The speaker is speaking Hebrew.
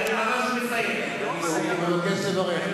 הוא מבקש לברך,